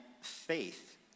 faith